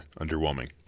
underwhelming